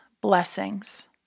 blessings